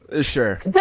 Sure